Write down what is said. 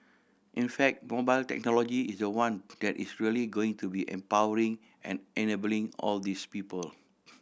in fact mobile technology is the one that is really going to be empowering and enabling all these people